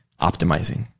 optimizing